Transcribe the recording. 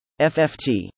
FFT